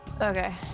okay